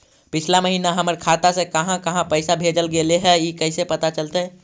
पिछला महिना हमर खाता से काहां काहां पैसा भेजल गेले हे इ कैसे पता चलतै?